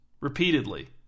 Repeatedly